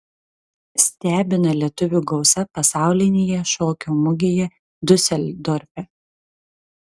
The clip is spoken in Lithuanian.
stebina lietuvių gausa pasaulinėje šokio mugėje diuseldorfe